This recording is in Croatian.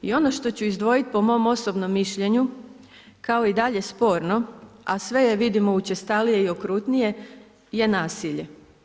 I ono što ću izdvojit po mom osobnom mišljenju kao i dalje sporno, a sve je vidimo učestalije i okrutnije je nasilje.